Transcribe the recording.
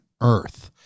earth